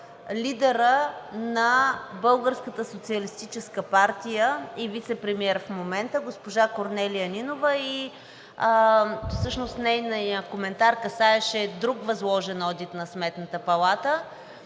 лидера на „Българската социалистическа партия“ и вицепремиер в момента – госпожа Корнелия Нинова, и всъщност нейният коментар касаеше друг възложен одит на Сметната палата,